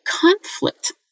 conflict